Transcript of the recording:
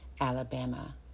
Alabama